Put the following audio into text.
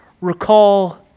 recall